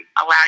allow